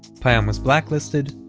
payam was blacklisted,